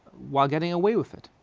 while getting away with it.